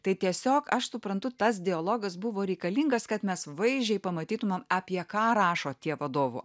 tai tiesiog aš suprantu tas dialogas buvo reikalingas kad mes vaizdžiai pamatytumėm apie ką rašo tie vadovų